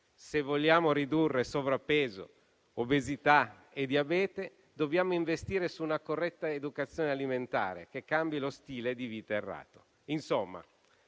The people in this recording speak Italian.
Se vogliamo ridurre sovrappeso, obesità e diabete, dobbiamo investire su una corretta educazione alimentare, che cambi lo stile di vita errato. Insomma,